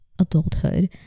adulthood